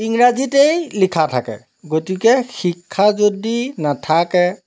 ইংৰাজীতেই লিখা থাকে গতিকে শিক্ষা যদি নাথাকে